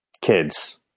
kids